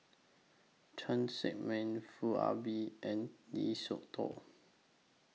Cheng Tsang Man Foo Ah Bee and Lee Siew Choh